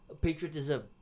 patriotism